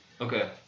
Okay